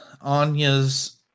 Anya's